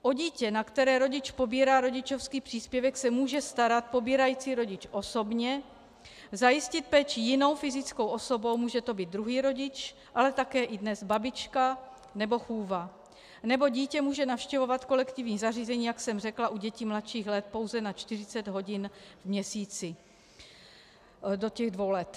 O dítě, na které rodič pobírá rodičovský příspěvek, se může starat pobírající rodič osobně, zajistit péči jinou fyzickou osobou, může to být druhý rodič, ale také dnes i babička nebo chůva, nebo dítě může navštěvovat kolektivní zařízení, jak jsem řekla, u dětí mladších let pouze na 40 hodin v měsíci do dvou let.